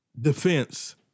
Defense